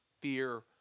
fear